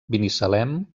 binissalem